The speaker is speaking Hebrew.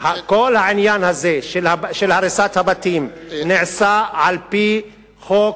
כל העניין הזה של הריסת הבתים נעשה על-פי חוק,